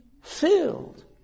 filled